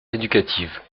éducative